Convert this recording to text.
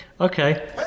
Okay